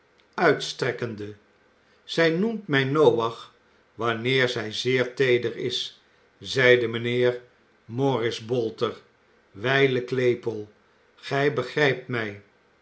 uitstrekkende zij noemt mij noach wanneer zij zeer teeder is zeide mijnheer mooris bolter wijlen claypole gij begrijpt mij